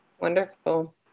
Wonderful